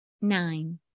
Nine